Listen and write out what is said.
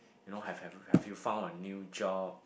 you know have have have have you found a new job